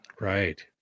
right